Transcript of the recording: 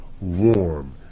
warm